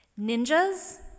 Ninjas